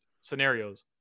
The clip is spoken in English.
scenarios